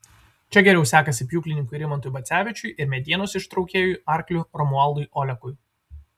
čia geriau sekasi pjūklininkui rimantui bacevičiui ir medienos ištraukėjui arkliu romualdui olekui